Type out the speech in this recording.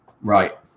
right